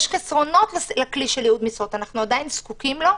יש חסרונות לכלי של ייעוד משרות ואנחנו עדיין זקוקים לו.